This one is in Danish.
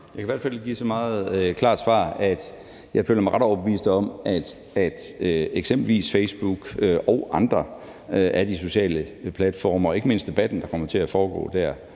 Jeg kan i hvert fald give et klart svar, med hensyn til at jeg føler mig ret overbevist om, at eksempelvis Facebook og andre af de sociale platforme og ikke mindst den debat, der kommer til at foregå der,